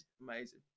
amazing